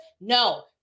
no